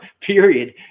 period